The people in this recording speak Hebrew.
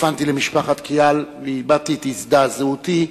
טלפנתי למשפחת כיאל והבעתי את הזדעזעותי,